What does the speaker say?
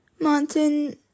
Mountain